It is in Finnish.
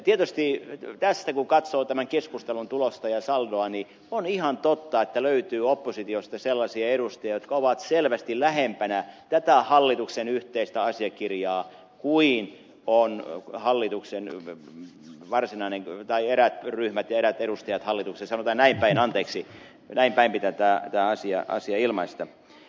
tietysti tästä kun katsoo tämän keskustelun tulosta ja saldoa niin on ihan totta että löytyy oppositiosta sellaisia edustajia jotka ovat selvästi lähempänä tätä hallituksen yhteistä asiakirjaa cuiin on hallituksen ja varsinainen kuin eräät ryhmät ja eräät edustajat hallituksessa sanotaan näin päin anteeksi näin päin pitää tämä asia ilmaista